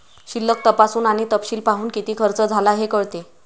शिल्लक तपासून आणि तपशील पाहून, किती खर्च झाला हे कळते